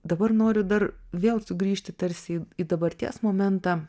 dabar noriu dar vėl sugrįžti tarsi į į dabarties momentą